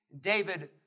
David